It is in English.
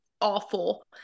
awful